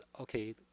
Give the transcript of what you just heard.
okay